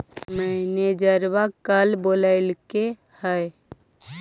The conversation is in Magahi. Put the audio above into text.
मैनेजरवा कल बोलैलके है?